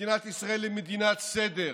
מדינת ישראל היא מדינת סדר.